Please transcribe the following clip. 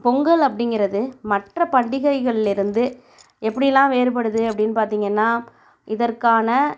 பொங்கல் அப்படிங்கிறது மற்ற பண்டிகைகளிலிருந்து எப்படியெல்லாம் வேறுபடுது அப்படின் பார்த்திங்கன்னா இதற்கான